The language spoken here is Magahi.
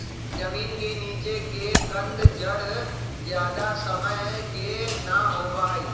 जमीन के नीचे के कंद जड़ ज्यादा समय के ना होबा हई